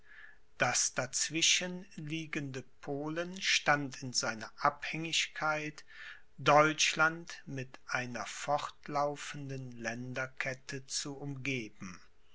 das dazwischen liegende polen stand in seiner abhängigkeit deutschland mit einer fortlaufenden länderkette zu umgeben